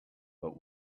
but